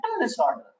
disorder